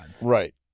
Right